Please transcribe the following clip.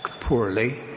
poorly